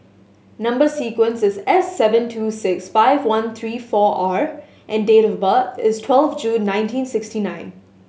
number sequence is S seven two six five one three four R and date of birth is twelve June nineteen sixty nine